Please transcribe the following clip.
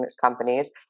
companies